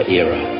era